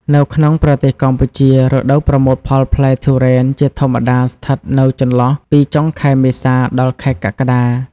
នៅក្នុងប្រទេសកម្ពុជា រដូវប្រមូលផលផ្លែទុរេនជាធម្មតាស្ថិតនៅចន្លោះពី ចុងខែមេសា ដល់ខែកក្កដា។